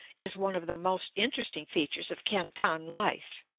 is one of the most interesting features of canton life.